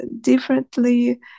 differently